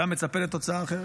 אתה מצפה לתוצאה אחרת?